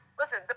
listen